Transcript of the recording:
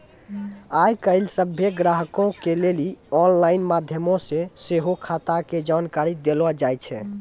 आइ काल्हि सभ्भे ग्राहको के लेली आनलाइन माध्यमो से सेहो खाता के जानकारी देलो जाय छै